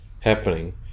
happening